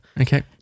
Okay